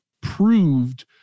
proved